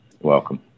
welcome